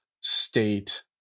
state